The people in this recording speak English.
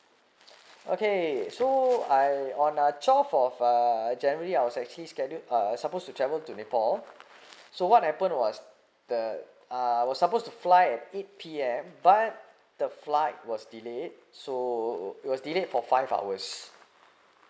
okay so I on uh twelve of uh january I was actually scheduled uh supposed to travel to nepal so what happened was the uh was suppose to flight at eight P_M but the flight was delayed so was delayed for five hours